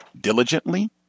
diligently